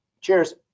Cheers